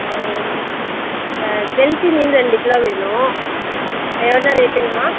ஆ கெளுத்தி மீன் ரெண்டு கிலோ வேணும் என்ன ரேட்டுங்கம்மா